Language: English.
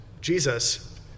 Jesus